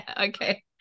okay